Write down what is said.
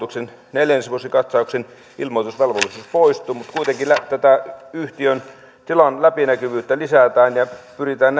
neljännesvuosikatsauksen ilmoitusvelvollisuus niin kuitenkin tätä yhtiön tilan läpinäkyvyyttä lisätään ja pyritään